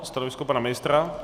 Stanovisko pana ministra?